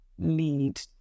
lead